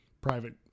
private